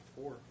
four